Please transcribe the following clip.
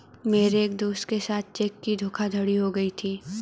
मेरे एक दोस्त के साथ चेक की धोखाधड़ी हो गयी थी